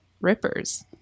Rippers